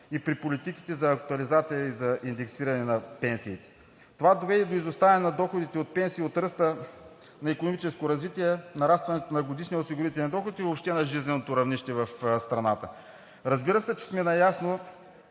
при политиките за актуализация и за индексиране на пенсиите. Това доведе до изоставяне на доходите от пенсии от ръста на икономическо развитие, нарастването на годишния осигурителен доход и въобще на жизненото равнище в страната. Разбира се, че сме наясно,